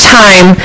time